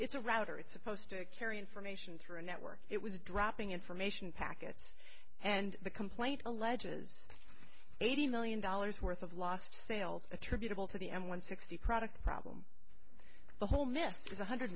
it's a router it's supposed to carry information through a network it was dropping information packets and the complaint alleges eighty million dollars worth of lost sales attributable to the m one sixty product problem the whole nest was one hundred